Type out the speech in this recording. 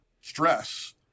stress